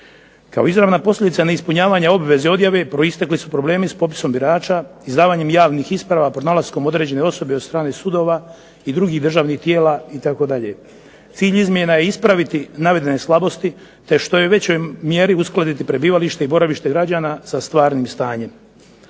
Kao izravna posljedica ne ispunjavanja obveze odjave proistekli su problemi s popisom birača, izdavanjem javnih isprava pod nalaskom određene osobe od strane sudova i drugih državnih tijela itd. Cilj izmjena je ispraviti navedene slabosti, te što je u većoj mjeri uskladiti prebivalište i boravište građana sa stvarnim stanjem.